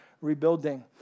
rebuilding